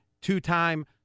two-time